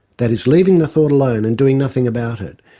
that is leaving the thought alone and doing nothing about it,